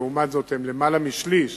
ולעומת זאת הם למעלה משליש,